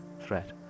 threat